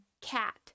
cat